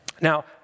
Now